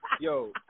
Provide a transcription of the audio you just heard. yo